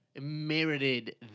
merited